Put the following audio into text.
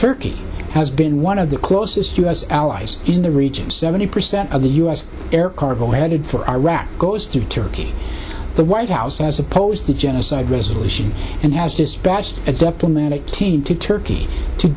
turkey has been one of the closest u s allies in the region seventy percent of the u s air cargo headed for iraq goes through turkey the white house as opposed to genocide resolution and has dispatched a team to turkey to